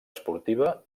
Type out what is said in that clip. esportiva